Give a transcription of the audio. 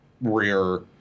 rear